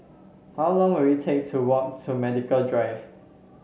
how long will it take to walk to Medical Drive